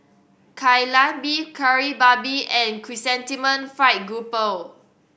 Kai Lan Beef Kari Babi and Chrysanthemum Fried Grouper